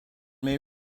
may